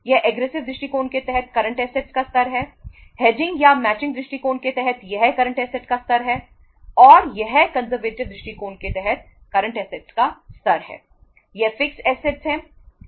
यह fixed assets 081 है